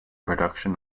production